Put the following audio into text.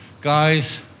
guys